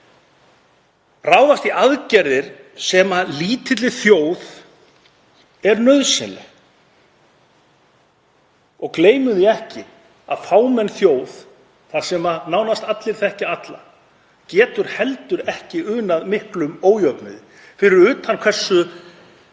ráðast í aðgerðir sem lítilli þjóð eru nauðsynlegar. Gleymum því ekki að fámenn þjóð þar sem nánast allir þekkja alla getur heldur ekki unað miklum ójöfnuði fyrir utan hversu